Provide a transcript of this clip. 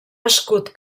escut